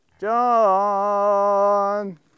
John